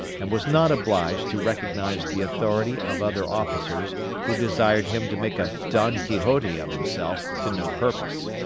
and was not obliged to recognize the authority of other officers who desired him to make a don quixote of himself to no purpose.